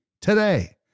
today